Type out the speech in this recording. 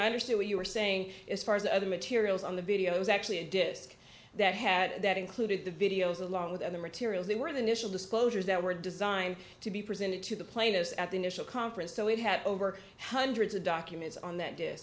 i understood what you were saying as far as the other materials on the video was actually a disk that had that included the videos along with other materials they were initially disclosures that were designed to be presented to the plaintiffs at the initial conference so it had over hundreds of documents on that